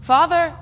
Father